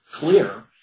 Clear